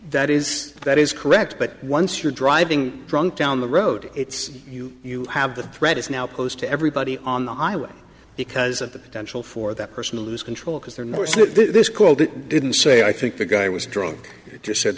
that is that is correct but once you're driving drunk down the road it's you you have the threat is now posed to everybody on the highway because of the potential for that person lose control because they're more so this call that didn't say i think the guy was drunk